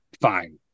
fine